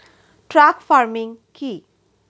Truck farming কি?